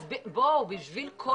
אז בשביל כל